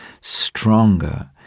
stronger